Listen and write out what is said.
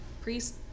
priest